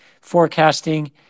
forecasting